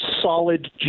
solid